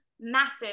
massive